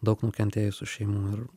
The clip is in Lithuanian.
daug nukentėjusių šeimų ir